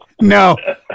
No